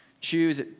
choose